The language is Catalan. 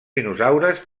dinosaures